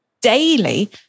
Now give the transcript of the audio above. daily